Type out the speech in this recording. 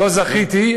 לא זכיתי,